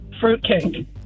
fruitcake